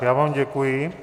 Já vám děkuji.